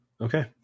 Okay